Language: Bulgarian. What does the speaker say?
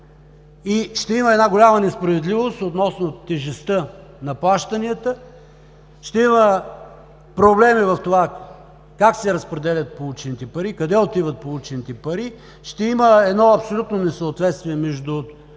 Ще има една голяма несправедливост относно тежестта на плащанията, ще има проблеми в това как се разпределят получените пари, къде отиват получените пари. Ще има едно абсолютно несъответствие между